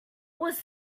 was